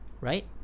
right